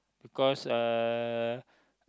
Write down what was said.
because uh